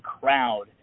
crowd